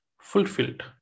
fulfilled